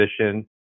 position